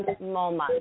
moment